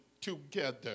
together